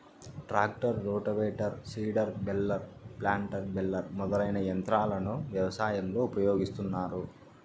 tractor, rotavator, seeder, baler, planter, baler మొదలైన యంత్రాలను వ్యవసాయంలో ఉపయోగిస్తాన్నారు